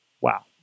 Wow